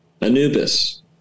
Anubis